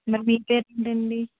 మరి మీ పేరు ఏంటండీ